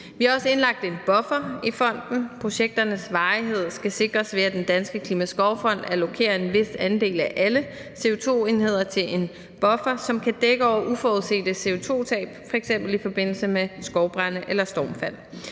Vi har også indlagt en buffer i fonden. Projekternes varighed skal sikres ved, at Den Danske Klimaskovfond allokerer en vis andel af alle CO2-enheder til en buffer, som kan dække over uforudsete CO2-tab, f.eks. i forbindelse med skovbrande eller stormfald.